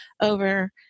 over